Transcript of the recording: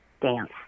dance